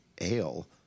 ale